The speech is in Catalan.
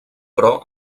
però